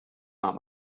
not